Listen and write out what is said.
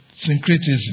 syncretism